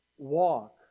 Walk